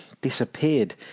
disappeared